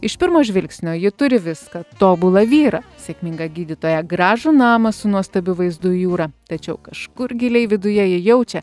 iš pirmo žvilgsnio ji turi viską tobulą vyrą sėkmingą gydytoją gražų namą su nuostabiu vaizdu į jūra tačiau kažkur giliai viduje ji jaučia